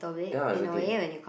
ya exactly